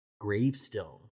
gravestone